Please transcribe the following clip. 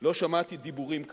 לא שמעתי דיבורים כאלה.